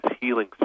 healing